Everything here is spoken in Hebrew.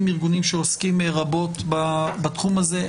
כאן ארגונים שעוסקים רבות בתחום הזה,